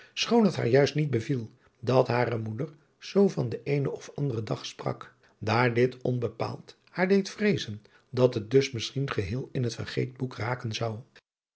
schoon het haar juist niet beviel dat hare moeder zoo van den eenen of anderen dag sprak daar dit onbepaalde haar deed vreezen dat het dus misschien geheel in het vergeetboek raken zou